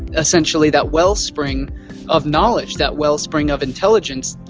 essentially that wellspring of knowledge, that wellspring of intelligence,